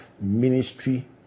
ministry